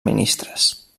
ministres